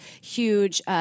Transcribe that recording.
huge